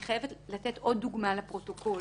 אני חייבת לתת עוד דוגמה לפרוטוקול